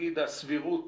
מה הסבירות,